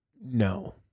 no